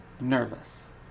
nervous